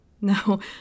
No